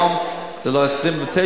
היום זה לא 29,